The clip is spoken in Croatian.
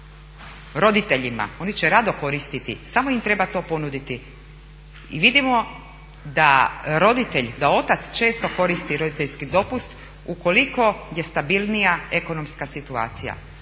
roditeljima oni će rado koristiti samo im treba to ponuditi. I vidimo da roditelj, da otac često koristi roditeljski dopust ukoliko je stabilnija ekonomska situacija.